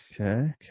Okay